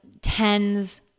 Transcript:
tens